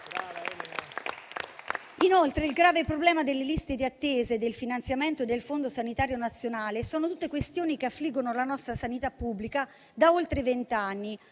Inoltre, il grave problema delle liste di attesa e del finanziamento del fondo sanitario nazionale è questione che affligge la nostra sanità pubblica da oltre vent'anni,